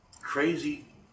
crazy